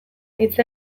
hitz